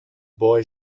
boy